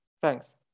Thanks